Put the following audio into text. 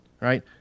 right